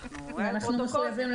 עצמם, כאן, הוט, אז אם רוצים נשמח גם